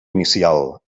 inicial